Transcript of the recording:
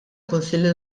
kunsilli